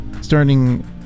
starting